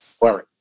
Larry